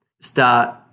start